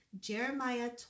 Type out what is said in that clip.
Jeremiah